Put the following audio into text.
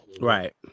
Right